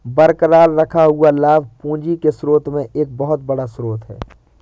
बरकरार रखा हुआ लाभ पूंजी के स्रोत में एक बहुत बड़ा स्रोत है